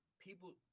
People